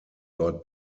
dort